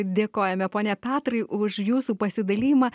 dėkojame pone petrai už jūsų pasidalijimą